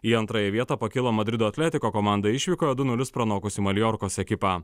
į antrąją vietą pakilo madrido atletico komanda išvykoje du nulis pranokusi maljorkos ekipą